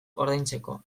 ordaintzeko